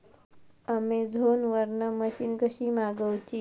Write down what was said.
Amazon वरन machine कशी मागवची?